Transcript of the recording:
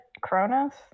Cronus